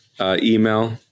Email